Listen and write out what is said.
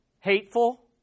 hateful